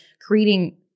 creating